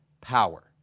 power